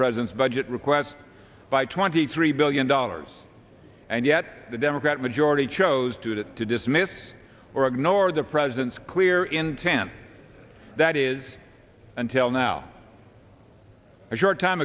president's budget request by twenty three billion dollars and yet the democrat majority chose to do it to dismiss or ignore the president's clear intent that is until now a short time